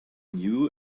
knew